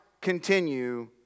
continue